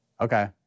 Okay